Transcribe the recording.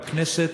בכנסת,